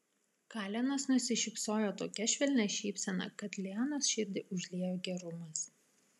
kalenas nusišypsojo tokia švelnia šypsena kad lianos širdį užliejo gerumas